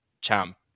champ